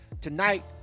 Tonight